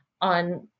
on